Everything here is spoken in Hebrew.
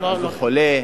אז הוא חולה,